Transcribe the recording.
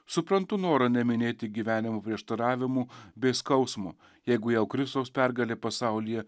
suprantu norą neminėti gyvenimo prieštaravimų bei skausmo jeigu jau kristaus pergalė pasaulyje